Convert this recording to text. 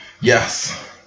Yes